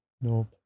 Nope